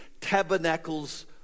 tabernacles